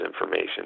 information